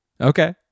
Okay